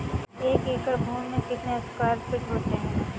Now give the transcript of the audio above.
एक एकड़ भूमि में कितने स्क्वायर फिट होते हैं?